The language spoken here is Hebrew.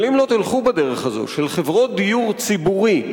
אבל אם לא תלכו בדרך הזאת של חברות דיור ציבורי,